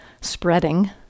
spreading